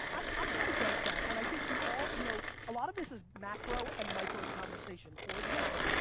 i'm not against that and i think we all, you know, a lot of this is macro and micro-conversation. for example,